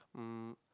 um